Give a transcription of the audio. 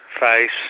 face